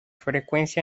frecuencia